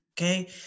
Okay